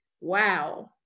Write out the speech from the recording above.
wow